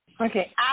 Okay